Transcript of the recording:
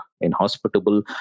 inhospitable